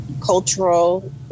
cultural